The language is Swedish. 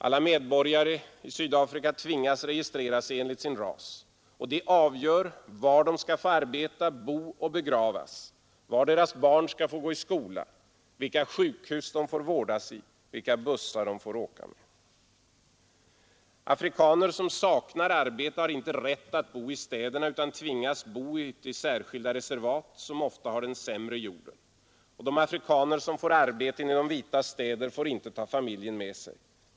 Alla medborgare i Sydafrika tvingas registrera sig enligt sin ras. Detta avgör var de skall få arbeta, bo och begravas, var deras barn skall få gå i skola, vilka sjukhus de får vårdas i, vilka bussar de får åka med osv. Afrikaner som saknar arbete har inte rätt att bo i städerna utan tvingas bo ute i särskilda reservat, som ofta har den sämre jorden. De afrikaner som får arbete i de vitas städer får inte ta familjen med sig.